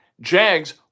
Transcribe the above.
Jags